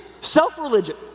Self-religion